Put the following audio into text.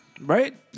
Right